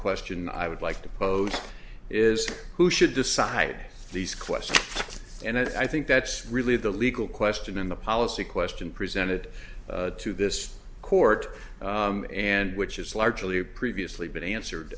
question i would like to pose is who should decide these questions and i think that's really the legal question in the policy question presented to this court and which is largely previously been answered